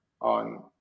on